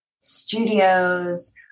studios